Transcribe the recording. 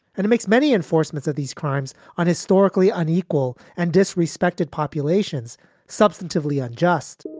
and it makes many enforcements of these crimes on historically unequal and disrespected populations substantively unjust